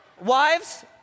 Wives